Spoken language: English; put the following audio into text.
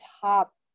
top